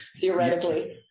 theoretically